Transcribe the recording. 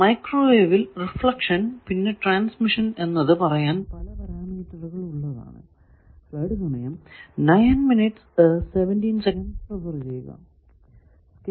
മൈക്രോവേവിൽ reflection പിന്നെ transmission എന്നത് പറയാൻ പല പരാമീറ്ററുകൾ ഉണ്ട്